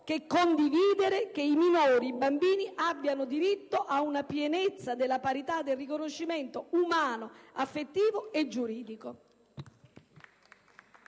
il principio che i minori, i bambini abbiano diritto ad una pienezza della parità del riconoscimento umano, affettivo e giuridico.